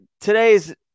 today's